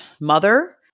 mother